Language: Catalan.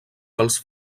pels